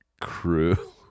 crew